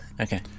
Okay